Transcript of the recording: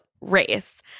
race